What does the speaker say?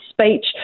speech